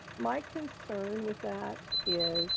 my concern with that is